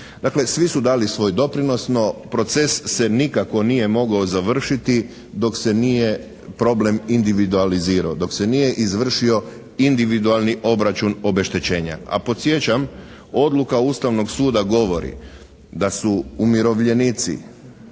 Dakle svi su dali svoj doprinos. No proces se nikako nije mogao završiti dok se nije problem individualizirao, dok se nije izvršio individualni obračun obeštećenja. A podsjećam, odluka Ustavnog suda govori da su umirovljenici